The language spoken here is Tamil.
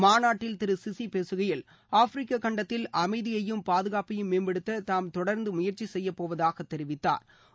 மாநாட்டில் திரு சிசி பேக்கையில் ஆப்பிரிக்க கண்டத்தில் அமைதியையும் பாதுகாப்பையும் மேம்படுத்த தாம் தொடர்ந்து முயற்சி செய்யப்போவதாக தெரிவித்தாா்